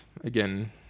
again